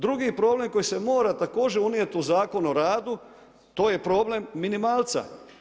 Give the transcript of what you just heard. Drugi problem koji se mora također unijeti u Zakon o radu to je problem minimalca.